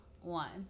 one